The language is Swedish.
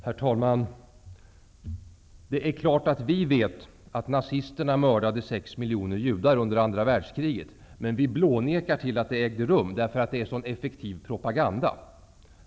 Herr talman! ''Det är klart att vi vet att nazisterna mördade sex miljoner judar under andra världskriget, men vi blånekar till att det ägde rum, därför att det är en så effektiv propaganda.''